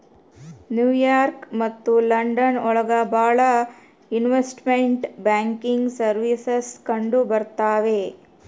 new York ಮತ್ತು London ಒಳಗ ಭಾಳ ಇನ್ವೆಸ್ಟ್ಮೆಂಟ್ ಬ್ಯಾಂಕಿಂಗ್ ಸರ್ವೀಸಸ್ ಕಂಡುಬರ್ತವೆ